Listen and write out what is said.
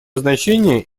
значение